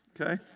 Okay